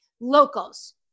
locals